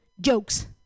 jokes